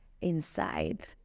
inside